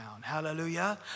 Hallelujah